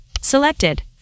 selected